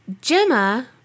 Gemma